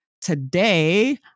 Today